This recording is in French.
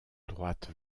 droite